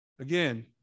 Again